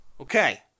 Okay